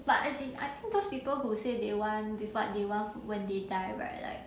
but as in I think those people who say they want with what they want when they die right like